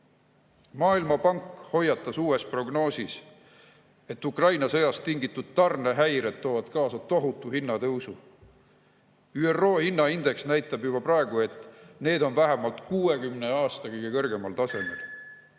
Maailmapank hoiatas uues prognoosis, et Ukraina sõjast tingitud tarnehäired toovad kaasa tohutu hinnatõusu. ÜRO hinnaindeks näitab juba praegu, et hinnad on vähemalt 60 aasta kõige kõrgemal tasemel.